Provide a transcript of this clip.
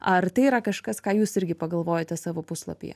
ar tai yra kažkas ką jūs irgi pagalvojote savo puslapyje